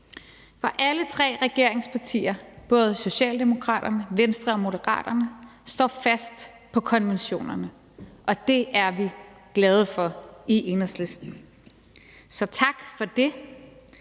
For alle tre regeringspartier, både Socialdemokraterne, Venstre og Moderaterne, står fast på konventionerne, og det er vi glade for i Enhedslisten. Så tak for det,